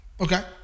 Okay